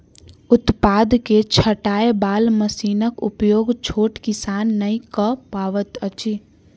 उत्पाद के छाँटय बाला मशीनक उपयोग छोट किसान नै कअ पबैत अछि